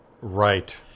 Right